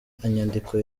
inyandiko